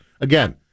Again